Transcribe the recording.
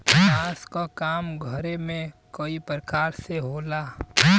बांस क काम घरे में कई परकार से होला